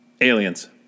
Aliens